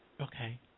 Okay